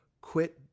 quit